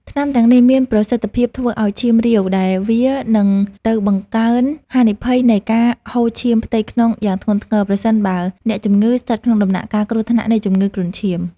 ថ្នាំទាំងនេះមានប្រសិទ្ធភាពធ្វើឱ្យឈាមរាវ ដែលវានឹងទៅបង្កើនហានិភ័យនៃការហូរឈាមផ្ទៃក្នុងយ៉ាងធ្ងន់ធ្ងរ ប្រសិនបើអ្នកជំងឺស្ថិតក្នុងដំណាក់កាលគ្រោះថ្នាក់នៃជំងឺគ្រុនឈាម។